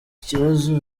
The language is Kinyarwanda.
kibazo